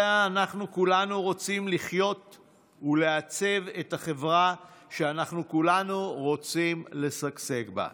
אנחנו כולנו רוצים לחיות ולעצב את החברה שכולנו רוצים לשגשג בה.